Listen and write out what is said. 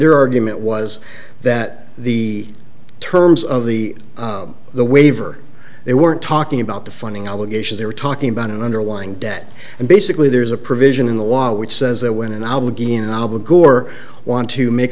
their argument was that the terms of the the waiver they weren't talking about the funding obligations they were talking about an underlying debt and basically there's a provision in the law which says that when an obligation albacore want to make